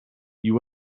you